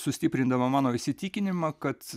sustiprindama mano įsitikinimą kad